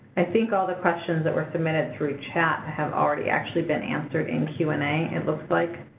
i think all the questions that were submitted through chat have already actually been answered in q and a, it looks like.